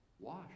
Wash